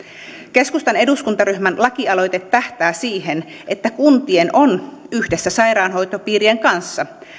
keskustan eduskuntaryhmän lakialoite tähtää siihen että kuntien on yhdessä sairaanhoitopiirien kanssa